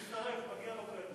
אני מצטרף, מגיע לו קרדיט.